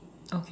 okay